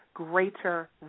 greater